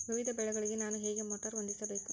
ವಿವಿಧ ಬೆಳೆಗಳಿಗೆ ನಾನು ಹೇಗೆ ಮೋಟಾರ್ ಹೊಂದಿಸಬೇಕು?